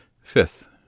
Fifth